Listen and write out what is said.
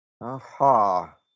Aha